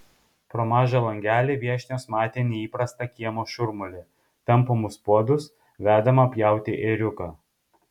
pro mažą langelį viešnios matė neįprastą kiemo šurmulį tampomus puodus vedamą pjauti ėriuką